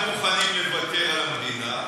קצת יותר מוכנים לוותר על המדינה,